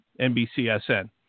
NBCSN